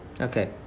okay